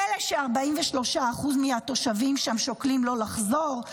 פלא ש-43% מהתושבים שם שוקלים לא לחזור?